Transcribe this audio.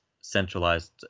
centralized